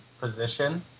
position